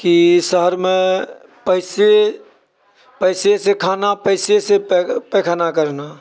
कि शहरमे पैसे पैसेसँ खाना पैसैसँ पैखाना करना